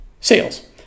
sales